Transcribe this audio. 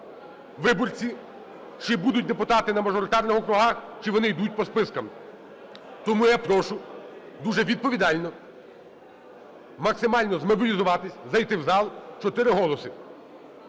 виборці, чи будуть депутати на мажоритарних округах, чи вони йдуть по списках. Тому я прошу дуже відповідально максимально змобілізуватись, зайти в зал, 4 голоси.